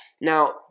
Now